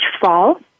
fall